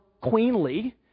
queenly